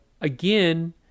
again